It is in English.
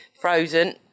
Frozen